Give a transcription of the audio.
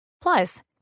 Plus